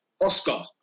Oscar